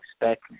expect